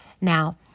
Now